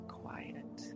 quiet